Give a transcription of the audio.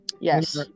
yes